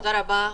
תודה רבה,